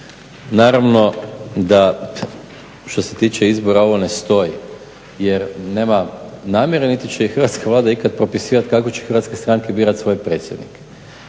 naravno da što se tiče izbora ovo ne stoji jer nemam namjeru, niti će je hrvatska Vlada ikad propisivat kako će hrvatske stranke birat svoje predsjednike,